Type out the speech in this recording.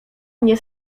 mnie